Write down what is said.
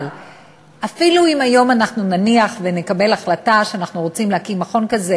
אבל אפילו אם היום אנחנו נקבל החלטה שאנחנו רוצים להקים מכון כזה,